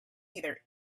either